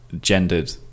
gendered